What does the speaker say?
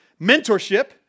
mentorship